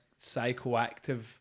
psychoactive